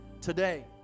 today